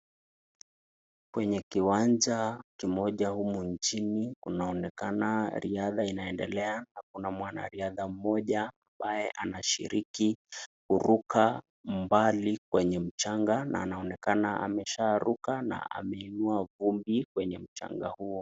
Kwenye kiwanja mtu moja humu nchini inaonekana kunaonekana rihahda inaendelea hapo Kuna mwanarihadha moja ambaye anashiriki kuruka mbali kwenye mchanga na anaonekana amesha ruka na ameinua fumbi kwenye mchanga huo.